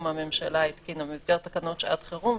הממשלה התקינה במסגרת תקנות שעת חירום.